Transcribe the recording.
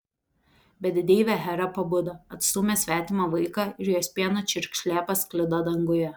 bet deivė hera pabudo atstūmė svetimą vaiką ir jos pieno čiurkšlė pasklido danguje